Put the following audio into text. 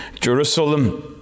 Jerusalem